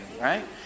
right